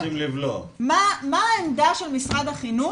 מה העמדה של משרד החינוך